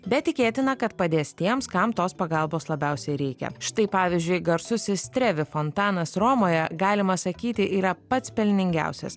bet tikėtina kad padės tiems kam tos pagalbos labiausiai reikia štai pavyzdžiui garsusis trevi fontanas romoje galima sakyti yra pats pelningiausias